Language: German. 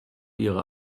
ihre